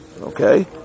Okay